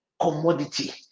commodity